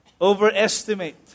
Overestimate